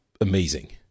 amazing